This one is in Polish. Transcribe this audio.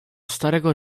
starego